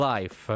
Life